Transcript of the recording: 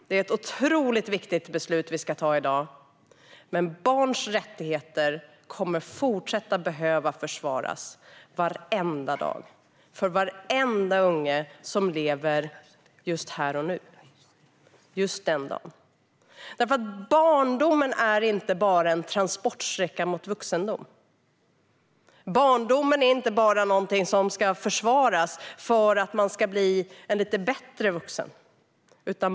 Det är ett otroligt viktigt beslut som vi ska fatta i dag, men barns rättigheter behöver fortsätta att försvaras varenda dag för varenda unge som lever här och nu. Barndomen är inte bara en transportsträcka mot vuxenvärlden. Barndomen är inte någonting som ska försvaras för att ett barn ska bli en lite bättre vuxen.